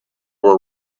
were